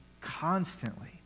constantly